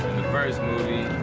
first movie,